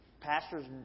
Pastors